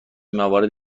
موارد